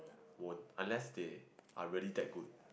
won't unless they are really that good